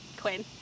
Quinn